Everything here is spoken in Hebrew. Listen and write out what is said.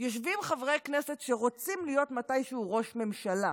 יושבים חברי כנסת שרוצים להיות מתישהו ראשי ממשלה,